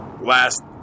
last